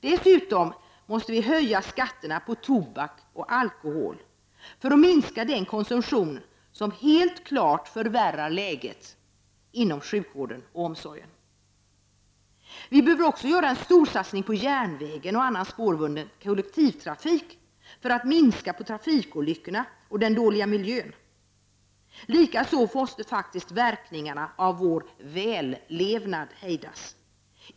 Dessutom måste vi höja skatterna på tobak och alkohol för att minska den konsumtion som helt klart förvärrar läget inom sjukvården och omsorgen. Vi behöver också göra en storsatsning på järnvägen och annan spårbunden kollektivtrafik för att minska trafikolyckorna och komma till rätta med den dåliga miljön. Likaså måste verkningarna av vår vällevnad hejdas.